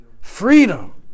Freedom